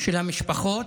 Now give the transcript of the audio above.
של המשפחות,